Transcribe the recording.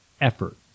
effort